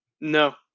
No